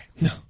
No